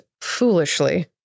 foolishly